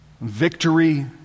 Victory